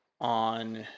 on